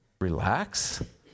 relax